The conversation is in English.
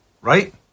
right